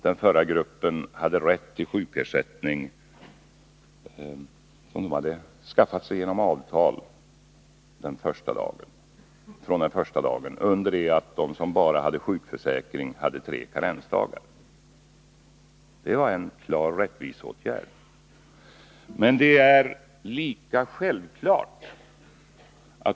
Den förra gruppen hade — genom avtal — rätt till sjukersättning den första sjukdagen, under det att de som bara hade sjukförsäkring hade tre karensdagar. Det var således en klar rättviseåtgärd.